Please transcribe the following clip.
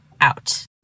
out